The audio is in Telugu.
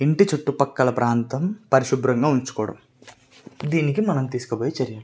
ఇంటి చుట్టుపక్కల ప్రాంతం పరిశుభ్రంగా ఉంచుకోవడం దీనికి మనం తీసుకోబోయే చర్యలు